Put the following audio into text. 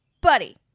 buddy